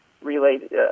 relate